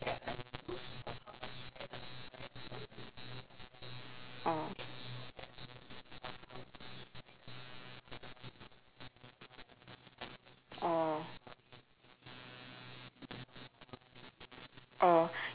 oh